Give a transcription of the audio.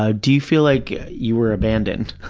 ah do you feel like you were abandoned?